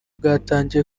bwatangiye